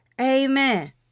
Amen